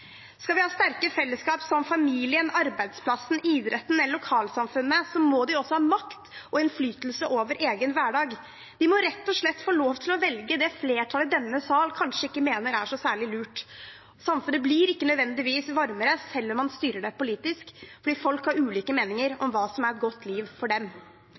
Skal vi ha sterkere fellesskap, som familien, arbeidsplassen, idretten eller lokalsamfunnene, må disse også ha makt og innflytelse over egen hverdag. De må rett og slett få lov til å velge det som flertallet i denne sal kanskje ikke mener er særlig lurt. Samfunnet blir ikke nødvendigvis varmere selv om man styrer det politisk, for folk har ulike meninger om hva som er et godt liv for dem.